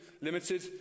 limited